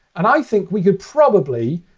and i think we could probably